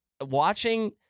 Watching